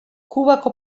kubako